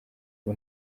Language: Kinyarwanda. ubu